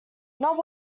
not